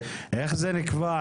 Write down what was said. איך זה נקבע,